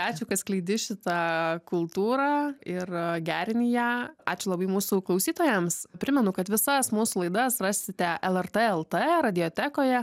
ačiū kad skleidi šitą kultūrą ir gerini ją ačiū labai mūsų klausytojams primenu kad visas mūsų laidas rasite lrt lt radiotekoje